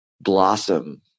blossom